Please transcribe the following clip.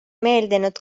meeldinud